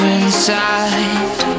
inside